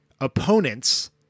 opponent's